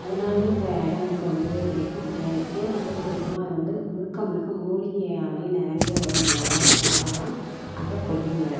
அதனாலையே அந்த இடம் எனக்கு ரொம்பவே பிடிக்கும் அது ஏன்னு ஏன் ரொம்ப பிடிக்கும்னா அது வந்து முழுக்க முழுக்க மூலிகையாலேயே நிறஞ்ச ஒரு மலை மலை தான் அந்த கொல்லிமலை